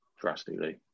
drastically